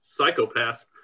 psychopaths